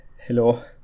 hello